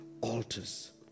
altars